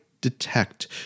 detect